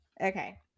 Okay